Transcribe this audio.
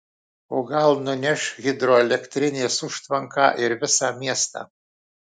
o gal nuneš hidroelektrinės užtvanką ir visą miestą